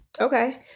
okay